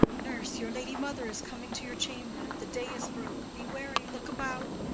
nurse. your lady mother is coming to your chamber. the day is broke be wary, look about.